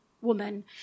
woman